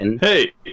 Hey